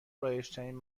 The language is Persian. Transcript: رایجترین